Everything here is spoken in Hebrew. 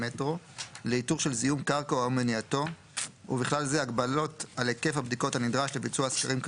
על זה שאולי הפתרונות שהוצעו הם לא מספיק טובים.